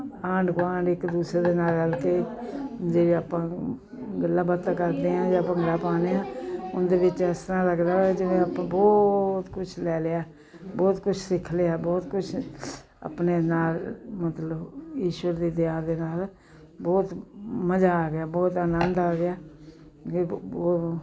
ਆਂਢ ਗੁਆਂਢ ਇੱਕ ਦੂਸਰੇ ਦੇ ਨਾਲ ਰਲ ਕੇ ਜੇ ਆਪਾਂ ਗੱਲਾਂ ਬਾਤਾਂ ਕਰਦੇ ਹਾਂ ਜਾਂ ਭੰਗੜਾ ਪਾਉਂਦੇ ਹਾਂ ਉਹਦੇ ਵਿੱਚ ਇਸ ਤਰ੍ਹਾਂ ਲੱਗਦਾ ਵਾ ਜਿਵੇਂ ਆਪਾਂ ਬਹੁਤ ਕੁਛ ਲੈ ਲਿਆ ਬਹੁਤ ਕੁਛ ਸਿੱਖ ਲਿਆ ਬਹੁਤ ਕੁਛ ਆਪਣੇ ਨਾਲ ਮਤਲਬ ਈਸ਼ਵਰ ਦੀ ਦਇਆ ਦੇ ਨਾਲ ਬਹੁਤ ਮਜ਼ਾ ਆ ਗਿਆ ਬਹੁਤ ਅਨੰਦ ਆ ਗਿਆ ਅਤੇ ਬਹੁਤ